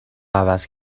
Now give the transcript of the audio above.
عوض